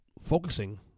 focusing